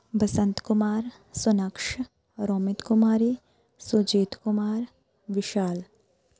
Basant Kumar Sonaksh Romit Kumari Surjit Kumar Vishal